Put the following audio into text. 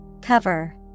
Cover